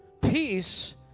Peace